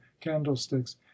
candlesticks